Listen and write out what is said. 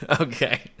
Okay